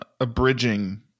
abridging